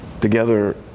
together